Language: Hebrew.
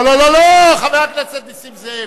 לא לא לא, חבר הכנסת נסים זאב.